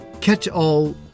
catch-all